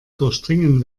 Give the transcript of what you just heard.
durchdringen